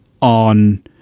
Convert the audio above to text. on